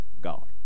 God